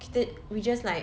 kita we just like